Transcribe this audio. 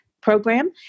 program